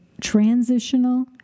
transitional